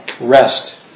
Rest